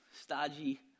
stodgy